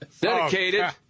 Dedicated